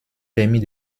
permit